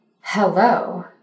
hello